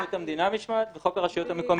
חוק שירות המדינה (משמעת) וחוק הרשויות המקומיות (משמעת).